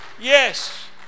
yes